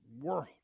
world